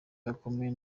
bakomeye